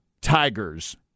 Tigers